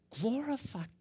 Glorify